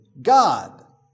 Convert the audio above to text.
God